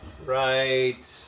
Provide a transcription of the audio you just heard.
Right